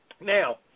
Now